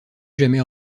jamais